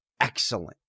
excellent